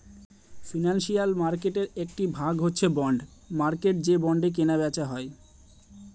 financial মার্কেটের একটি ভাগ হচ্ছে বন্ড মার্কেট যে বন্ডে কেনা বেচা হয়